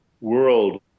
world